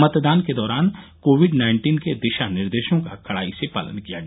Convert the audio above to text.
मतदान के दौरान कोविड नाइन्टीन के दिशा निर्देशों का कड़ाई से पालन किया गया